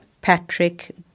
Patrick